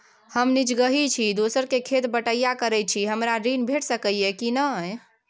हम निजगही छी, दोसर के खेत बटईया करैत छी, हमरा ऋण भेट सकै ये कि नय?